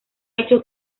hecho